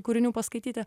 kūrinių paskaityti